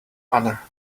honor